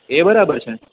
એ બરાબર છે